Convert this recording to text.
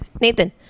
nathan